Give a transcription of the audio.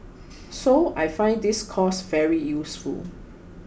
so I find this course very useful